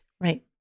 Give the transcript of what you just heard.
right